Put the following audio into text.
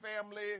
family